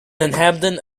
inhabitant